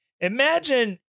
imagine